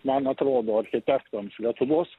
man atrodo architektams lietuvos